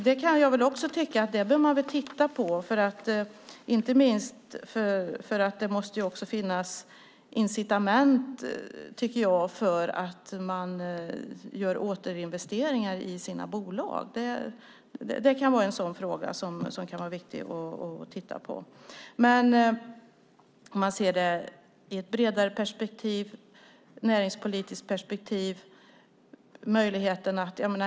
Det bör man titta på, tycker jag, inte minst därför att det måste finnas incitament för att göra återinvesteringar i sina bolag. Det är en fråga som det kan vara viktigt att titta på. Sedan kan man se det i ett bredare näringspolitiskt perspektiv.